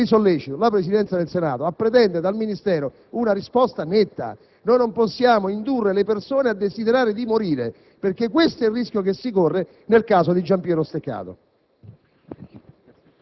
nuovamente la Presidenza del Senato a pretendere dal Ministero una risposta netta perché non possiamo indurre le persone a desiderare di morire: questo è il rischio che si corre nel caso di Giampiero Steccato.